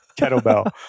kettlebell